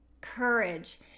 Courage